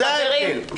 זה ההבדל.